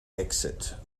exit